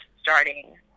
starting